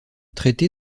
traité